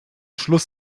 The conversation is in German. schluss